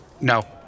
No